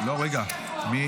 לא, רגע, מי